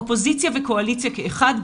אופוזיציה וקואליציה כאחד.